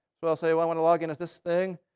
so i'll say, well, i want to log in at this thing.